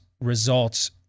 results